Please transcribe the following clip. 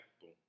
Boom